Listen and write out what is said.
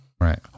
Right